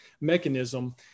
mechanism